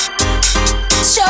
Show